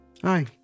Hi